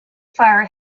fire